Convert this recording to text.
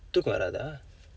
தூக்கம் வராதா:thukkam varaathaa